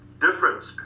difference